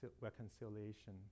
reconciliation